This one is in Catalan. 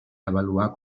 avaluar